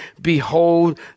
Behold